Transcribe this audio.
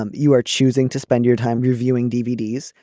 um you are choosing to spend your time reviewing dvd.